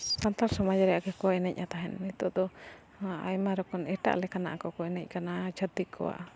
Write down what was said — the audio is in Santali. ᱥᱟᱱᱛᱟᱲ ᱥᱚᱢᱟᱡᱽ ᱨᱮᱭᱟᱜ ᱜᱮ ᱠᱚ ᱮᱱᱮᱡᱼᱟ ᱛᱟᱦᱮᱱ ᱱᱤᱛᱳᱜ ᱫᱚ ᱟᱭᱢᱟ ᱨᱚᱠᱚᱢ ᱮᱴᱟᱜ ᱞᱮᱠᱟᱱᱟᱜ ᱠᱚ ᱠᱚ ᱮᱱᱮᱡ ᱠᱟᱱᱟ ᱪᱷᱟᱹᱛᱤᱠ ᱠᱚᱣᱟᱜ